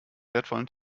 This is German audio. wertvollen